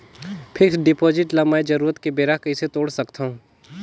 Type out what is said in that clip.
Fixed deposit ल मैं जरूरत के बेरा कइसे तोड़ सकथव?